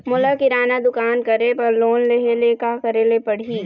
मोला किराना दुकान करे बर लोन लेहेले का करेले पड़ही?